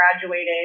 graduated